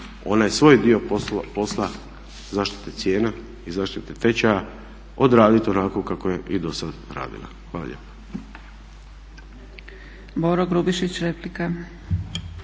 onaj svoj dio posla zaštite cijena i zaštite tečaja odraditi onako kako je i dosad radila. Hvala